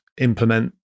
implement